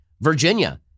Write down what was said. Virginia